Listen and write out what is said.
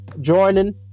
joining